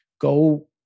go